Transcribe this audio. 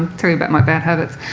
tell you about my bad habits.